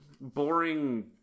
boring